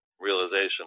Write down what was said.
realization